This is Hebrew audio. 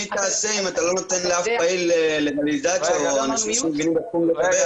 למי תעשה הסברה אם אתה לא נותן לאף פעיל או אנשים שמבינים בתחום לדבר.